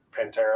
Pantera